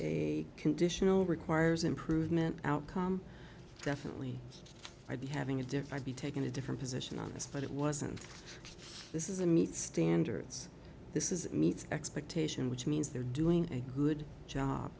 a conditional requires improvement outcome definitely i'd be having a different be taking a different position on this but it wasn't this is a meet standards this is meet expectation which means they're doing a good job